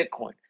Bitcoin